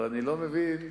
אבל אני לא מבין,